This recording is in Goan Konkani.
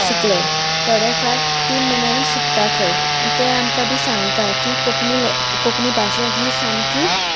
शिकले थोडे फार तीन म्हयन्यांनी शिकता खंय आनी ते आमकां बी सांगता की कोंकणी ले कोंकणी भाशा ही सामकी